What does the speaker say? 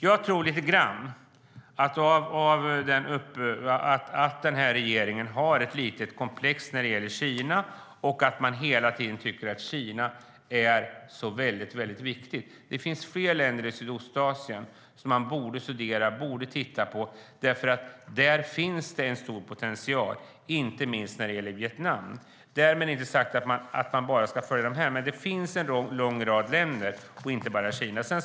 Jag tror att den här regeringen har ett litet komplex när det gäller Kina. Man tycker hela tiden att Kina är viktigt, men det finns fler länder i Sydostasien som man borde studera och titta på. Där finns en stor potential, inte minst i Vietnam. Därmed inte sagt att man bara ska se på dessa. Det finns en lång rad länder som är viktiga, inte bara Kina.